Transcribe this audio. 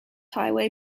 highway